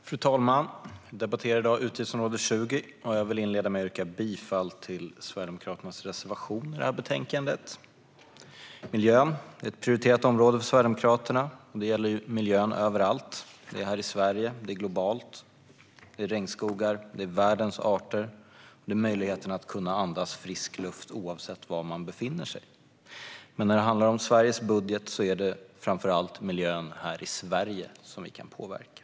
Fru talman! Vi debatterar i dag utgiftsområde 20, och jag vill inleda med att yrka bifall till Sverigedemokraternas reservation i detta betänkande. Miljön är ett prioriterat område för Sverigedemokraterna. Det gäller miljön överallt, här i Sverige och globalt, och det gäller regnskogar, världens arter och möjligheten att andas frisk luft oavsett var man befinner sig. Men när det handlar om Sveriges budget är det framför allt miljön här i Sverige som vi kan påverka.